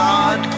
God